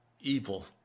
evil